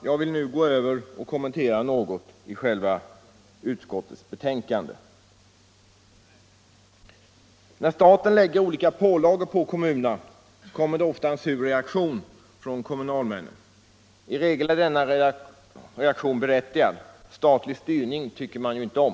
Jag vill nu övergå till att något kommentera själva utskottsbetänkandet. När staten lägger olika pålagor på kommunerna kommer det ofta en sur reaktion från kommunalmännen. I regel är denna reaktion berättigad. Statlig styrning tycker man inte om.